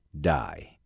die